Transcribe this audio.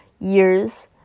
years